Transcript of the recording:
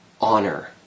honor